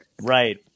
Right